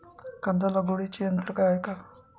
कांदा लागवडीचे यंत्र आहे का?